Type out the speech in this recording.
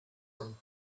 them